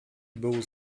był